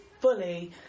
fully